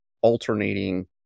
alternating